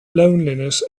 loneliness